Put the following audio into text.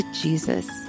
Jesus